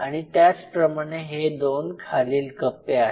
आणि त्याच प्रमाणे हे दोन खालील कप्पे आहेत